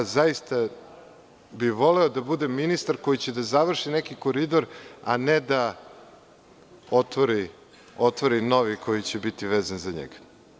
Zaista bih voleo da budem ministar koji će da završi neki koridor, a ne da otvori novi, koji će biti vezan za njega.